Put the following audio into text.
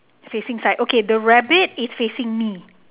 facing side okay the rabbit is facing me